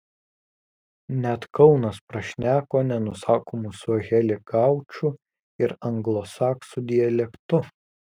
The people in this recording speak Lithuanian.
net kaunas prašneko nenusakomu suaheli gaučų ir anglosaksų dialektu